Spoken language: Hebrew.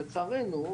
לצערנו,